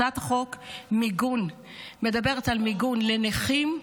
הצעת חוק מיגון מדברת על מיגון לנכים,